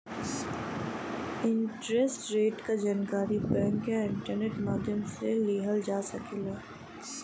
interest rate क जानकारी bank या इंटरनेट माध्यम से लिहल जा सकला